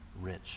rich